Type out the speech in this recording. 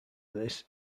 this